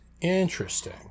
Interesting